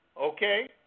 Okay